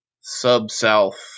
Sub-South